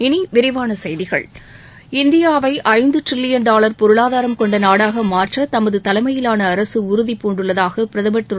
இனி விரிவான செய்திகள் இந்தியாவை ஐந்து டிரில்லியன் டாலர் பொருளாதாரம் கொண்ட நாடாக மாற்ற தமது தலைமையிலான அரசு உறுதிபூண்டுள்ளதாக பிரதமர் திரு